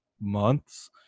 months